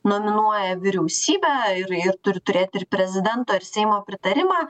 nominuoja vyriausybė ir ir turi turėti ir prezidento ir seimo pritarimą